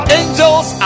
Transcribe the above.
angels